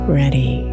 ready